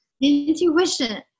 Intuition